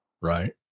right